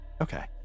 Okay